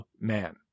man